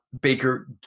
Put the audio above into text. Baker